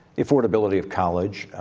affordability of college.